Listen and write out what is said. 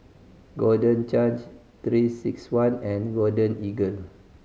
Golden Change Three Six One and Golden Eagle